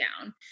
down